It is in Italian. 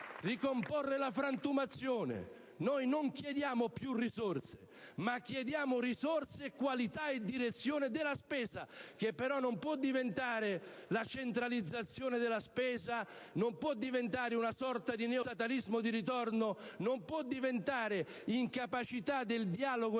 ricomporre la frantumazione. Noi non chiediamo più risorse, ma chiediamo risorse, qualità e direzione della spesa, che però non può diventare la centralizzazione della spesa, non può diventare una sorta di neostatalismo di ritorno, non può diventare incapacità del dialogo